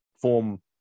form